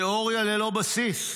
תיאוריה ללא בסיס,